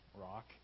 Rock